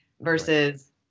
versus